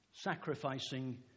Sacrificing